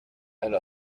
elle